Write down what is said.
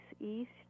east